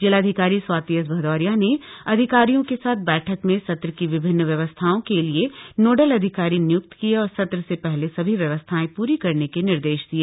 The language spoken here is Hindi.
जिलाधिकारी स्वाति एस भदौरिया ने अधिकारियों के साथ बैठक में सत्र की विभिन्न व्यवस्थाओं के लिए नोडल अधिकारी नियुक्त किये और सत्र से पहले सभी व्यवस्थाएं प्री करने के निर्देश दिए